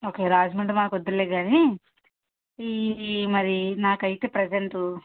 okay Rajahmundry మాకు వద్దులే కానీ ఈ మరి నాకైతే ప్రజెంటు